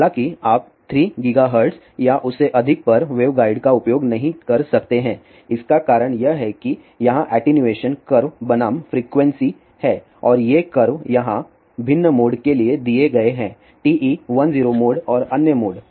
हालाँकि आप 3 GHz या उससे अधिक पर वेवगाइड का उपयोग नहीं कर सकते हैं इसका कारण यह है कि यहाँ एटीन्यूएशन कर्व बनाम फ्रीक्वेंसी है और ये कर्व यहाँ भिन्न मोड के लिए दिए गए हैं TE10 मोड और अन्य मोड